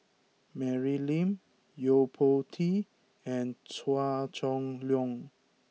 Mary Lim Yo Po Tee and Chua Chong Long